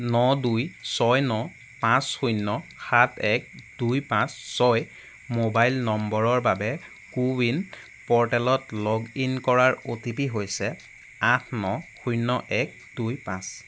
ন দুই ছয় ন পাঁচ শূন্য সাত এক দুই পাঁচ ছয় মোবাইল নম্বৰৰ বাবে কো ৱিন প'ৰ্টেলত লগ ইন কৰাৰ অ' টি পি হৈছে আঠ ন শূন্য এক দুই পাঁচ